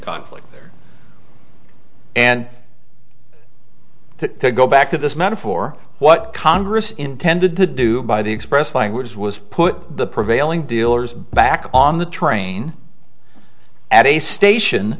conflict there and to go back to this metaphor what congress intended to do by the express language was put the prevailing dealers back on the train at a station